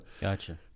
Gotcha